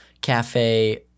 cafe